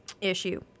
issue